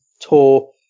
tour